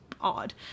odd